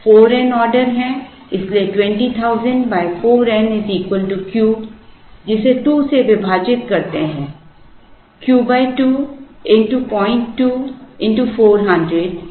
4n order हैं इसलिए 20000 4 n Q जिसे 2 से विभाजित करते है Q 2 x 02 x 400 जो कि 80 है